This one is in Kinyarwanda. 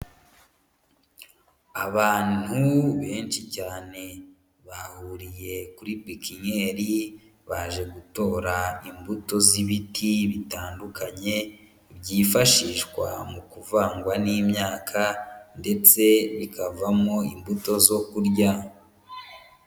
Abantu benshi cyane bahuriye kuri pepiniyeri, baje gutora imbuto z'ibiti bitandukanye byifashishwa mu kuvangwa n'imyaka ndetse bikavamo imbuto zo kurya.